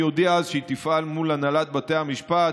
הודיעה שהיא תפעל מול הנהלת בתי המשפט